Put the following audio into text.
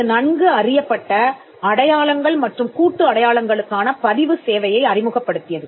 இது நன்கு அறியப்பட்ட அடையாளங்கள் மற்றும் கூட்டு அடையாளங்களுக்கான பதிவு சேவையை அறிமுகப்படுத்தியது